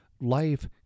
life